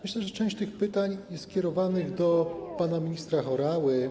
Myślę, że część tych pytań jest kierowanych do pana ministra Horały.